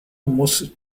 muss